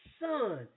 son